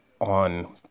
on